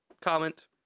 comment